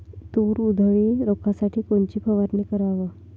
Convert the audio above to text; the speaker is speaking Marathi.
तूर उधळी रोखासाठी कोनची फवारनी कराव?